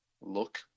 look